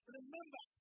Remember